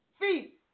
Feet